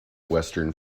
western